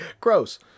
gross